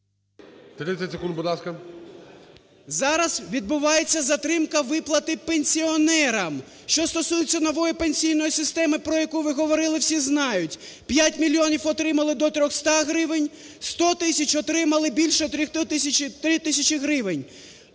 30 секунд, будь ласка. ДОЛЖЕНКО О.В. Зараз відбувається затримка виплати пенсіонерам. Що стосується нової пенсійної системи, про яку ви говорили, всі знають. П'ять мільйонів отримали до 300 гривень, 100 тисяч отримали більше 3 тисячі гривень.